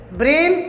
brain